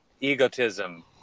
egotism